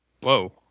Whoa